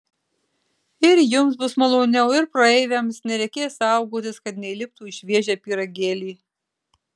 ir jums bus maloniau ir praeiviams nereikės saugotis kad neįliptų į šviežią pyragėlį